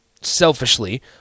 selfishly